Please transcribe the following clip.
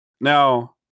now